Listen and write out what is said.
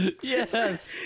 Yes